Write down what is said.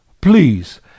please